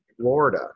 Florida